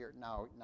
now